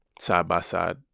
side-by-side